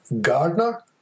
Gardner